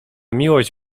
miłość